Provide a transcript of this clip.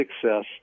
success